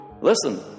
listen